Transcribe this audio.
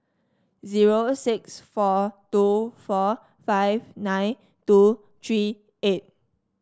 zero six four two four five nine two three eight